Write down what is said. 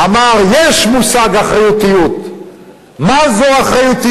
כן לחופש ביטוי, ולא לחרם מבית, לא לחרם מבית.